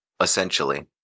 essentially